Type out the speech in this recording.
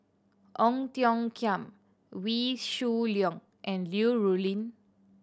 Ong Tiong Khiam Wee Shoo Leong and Liu Rulin